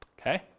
okay